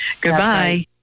Goodbye